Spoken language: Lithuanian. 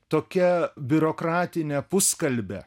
tokia biurokratine puskalbe